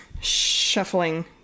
shuffling